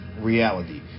reality